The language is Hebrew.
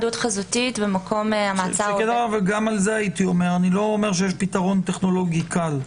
גם על זה הייתי אומר: אני לא אומר שיש פתרון טכנולוגי קל,